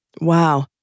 Wow